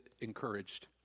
encouraged